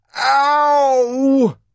Ow